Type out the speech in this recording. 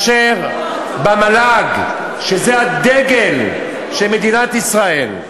במל"ג, שזה הדגל של מדינת ישראל,